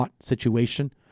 situation